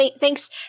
Thanks